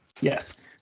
Yes